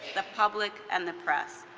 the public, and the press.